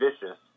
Vicious